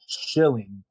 shilling